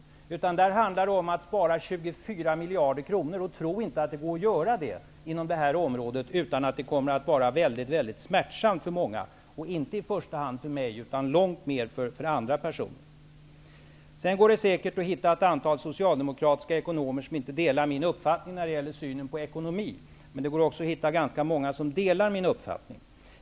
För er handlar det i stället om att spara 24 miljarder kronor. Tro inte att det går att göra på det här området utan att det kom mer att vara väldigt smärtsamt för många -- inte i första hand för mig, utan långt mer för andra per soner. Det går säkerligen att hitta ett antal socialde mokratiska ekonomer som inte delar min uppfatt ning när det gäller synen på ekonomi. Men det går också att hitta ganska många som delar min upp fattning.